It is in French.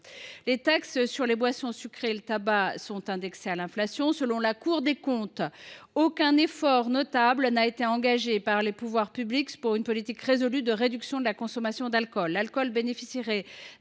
Les taxes sur les boissons sucrées et le tabac sont indexées sur l’inflation, mais pas celles sur les alcools. Selon la Cour des comptes, aucun effort notable n’a été engagé par les pouvoirs publics pour mener une politique résolue de réduction de la consommation d’alcool. L’alcool bénéficie